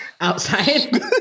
outside